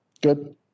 Good